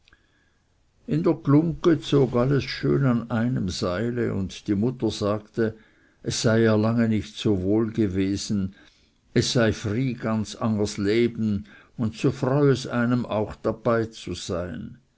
in der glungge zog alles schön an einem seile und die mutter sagte es sei ihr lange nicht so wohl gewesen es sei fry es ganz angers leben und so freu es einem auch dabeizusein